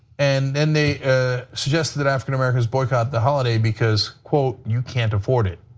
and then they suggested that african-americans boycott the holiday because quotes, you can't afford it.